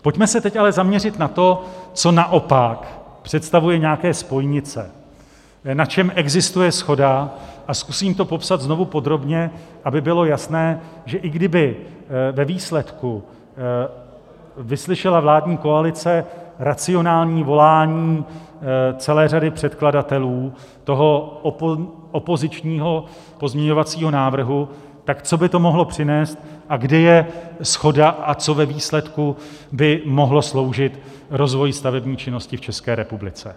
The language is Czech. Pojďme se teď ale zaměřit na to, co naopak představuje nějaké spojnice, na čem existuje shoda, a zkusím to popsat znovu podrobně, aby bylo jasné, že i kdyby ve výsledku vyslyšela vládní koalice racionální volání celé řady předkladatelů opozičního pozměňovacího návrhu, tak co by to mohlo přinést, kdy je shoda, a co by ve výsledku mohlo sloužit rozvoji stavební činnosti v České republice.